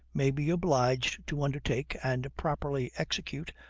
may be obliged to undertake and properly execute,